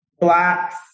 Blacks